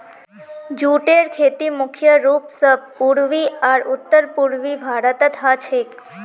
जूटेर खेती मुख्य रूप स पूर्वी आर उत्तर पूर्वी भारतत ह छेक